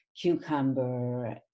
cucumber